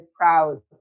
proud